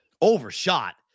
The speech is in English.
Overshot